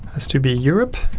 has to be europe,